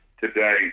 today